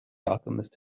alchemist